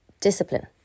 discipline